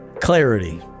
clarity